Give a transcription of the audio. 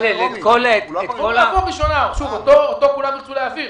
אותו כולם ירצו להעביר.